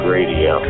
Radio